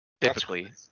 typically